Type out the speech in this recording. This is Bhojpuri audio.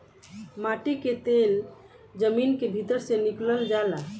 माटी के तेल जमीन के भीतर से निकलल जाला